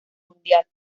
mundial